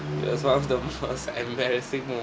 it was one of the most embarrassing moments